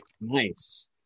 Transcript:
Nice